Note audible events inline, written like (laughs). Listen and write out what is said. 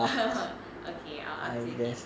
(laughs) okay I'll ask you again